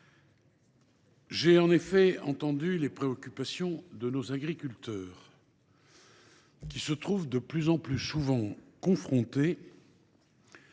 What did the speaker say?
J’ai entendu les préoccupations de nos agriculteurs qui se trouvent de plus en plus souvent confrontés